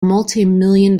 multimillion